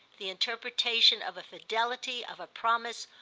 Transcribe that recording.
the interpretation of a fidelity, of a promise,